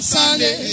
Sunday